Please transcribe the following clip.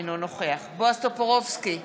אינו נוכח בועז טופורובסקי,